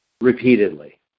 repeatedly